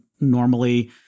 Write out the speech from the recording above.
normally